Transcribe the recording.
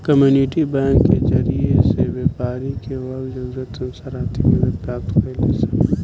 community bank के जरिए से व्यापारी वर्ग जरूरत अनुसार आर्थिक मदद प्राप्त करेलन सन